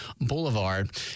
Boulevard